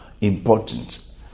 important